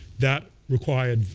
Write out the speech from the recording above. that required,